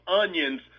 onions